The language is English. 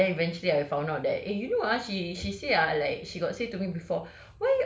ya then eventually I found out that eh you know ah she she say ah like she got say to me before